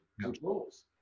controls